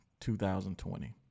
2020